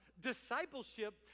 discipleship